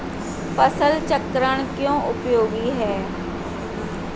फसल चक्रण क्यों उपयोगी है?